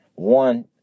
One